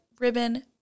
Ribbon